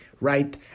right